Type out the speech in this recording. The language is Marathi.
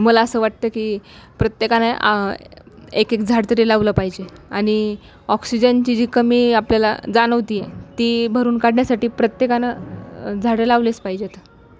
मला असं वाटतं की प्रत्येकाने एक एक झाड तरी लावलं पाहिजे आणि ऑक्सिजनची जी कमी आपल्याला जाणवते आहे ती भरून काढण्यासाठी प्रत्येकानं झाडं लावलेच पाहिजेत